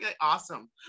Awesome